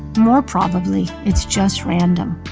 more probably, it's just random.